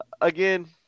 Again